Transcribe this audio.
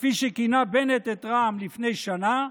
כפי שכינה בנט את רע"מ לפני שנה,